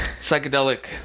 psychedelic